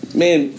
man